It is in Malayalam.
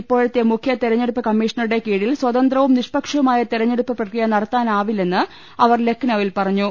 ഇപ്പോഴത്തെ മുഖ്യ തെരഞ്ഞെ ടുപ്പ് കമ്മീഷണറുടെ കീഴിൽ സ്വതന്ത്രവും നിഷ്പക്ഷവുമായ തെര ഞ്ഞെടുപ്പ് പ്രക്രിയ നടത്താനാവില്ലെന്ന് അവർ ലക്നൌവിൽ പറ ഞ്ഞു